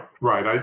right